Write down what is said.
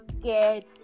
scared